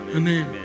amen